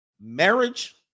Marriage